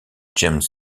james